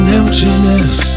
emptiness